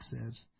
says